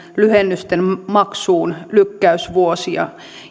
lyhennysten maksuun lykkäysvuosia